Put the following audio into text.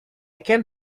can